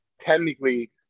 technically